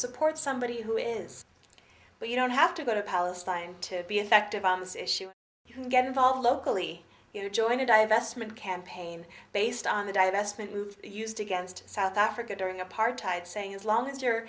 support somebody who is but you don't have to go to palestine to be effective on this issue you can get involved locally you know join a divestment campaign based on the divestment move used against south africa during apartheid saying as long as you're